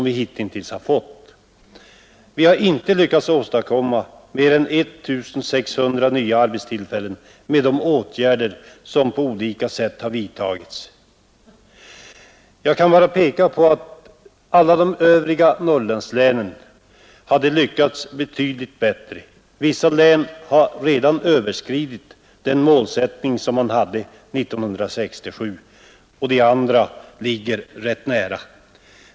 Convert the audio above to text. Vi har inte lyckats åstadkomma mera med hjälp av de åtgärder som på olika sätt har vidtagits. Jag kan peka på att de övriga Norrlandslänen har lyckats betydligt bättre. Vissa av dem har redan överskridit den målsättning, som uppställdes 1967, och de andra ligger rätt nära.